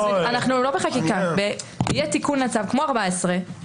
אנחנו לא בחקיקה, שיהיה תיקון לצו, כמו ב-14.